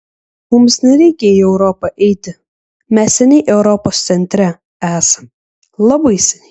mums nereikia į europą eiti mes seniai europos centre esam labai seniai